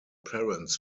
parents